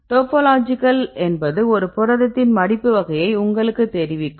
topological என்பது ஒரு புரதத்தின் மடிப்பு வகையை உங்களுக்குத் தெரிவிக்கும்